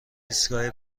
ایستگاه